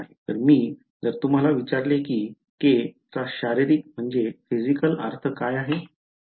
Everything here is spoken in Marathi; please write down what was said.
तर मी जर तुम्हाला विचारले की k चा शारिरीक अर्थ काय आहे